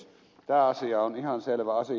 tämä asia on ihan selvä asia